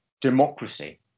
democracy